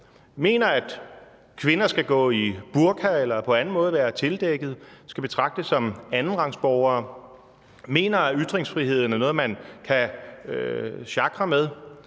mener, at kvinder skal gå i burka eller på anden måde være tildækket og skal betragtes som andenrangsborgere. De mener at ytringsfriheden er noget, man kan sjakre med,